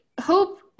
Hope